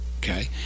okay